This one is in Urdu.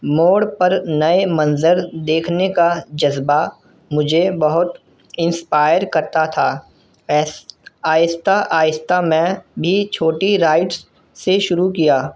موڑ پر نئے منظر دیکھنے کا جذبہ مجھے بہت انسپائر کرتا تھا ایس آہستہ آہستہ میں بھی چھوٹی رائڈس سے شروع کیا